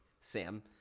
Sam